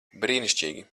brīnišķīgi